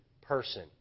person